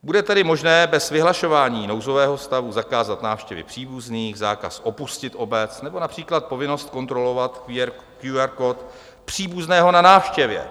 Bude tedy možné bez vyhlašování nouzového stavu zakázat návštěvy příbuzných, zákaz opustit obec, nebo například povinnost kontrolovat QR kód příbuzného na návštěvě.